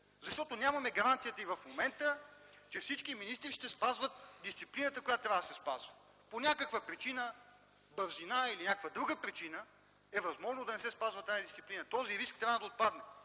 Нямаме гаранции и в момента, че всички министри ще спазват дисциплината, която трябва да се спазва. По някаква причина – бързина или някаква друга причина, може да не се спази тази дисциплина. Този риск трябва да отпадне!